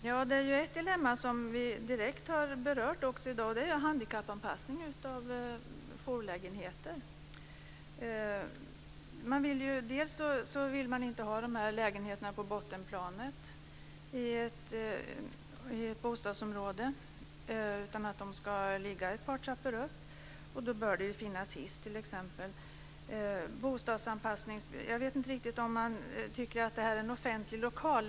Herr talman! Ett dilemma som vi direkt har berört i dag är handikappanpassningen av jourlägenheter. Man vill inte ha de här lägenheterna på bottenplanet i ett bostadsområde. De ska ligga ett par trappor upp, och då bör det finnas hiss. Jag vet inte riktigt om man tycker att det är en offentlig lokal.